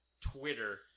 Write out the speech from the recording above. Twitter